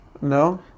No